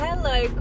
Hello